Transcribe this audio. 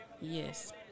Yes